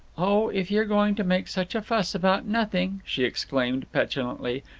oh, if you're going to make such a fuss about nothing, she exclaimed petulantly,